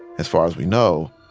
as far as we know,